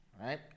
Right